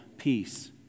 peace